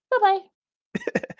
Bye-bye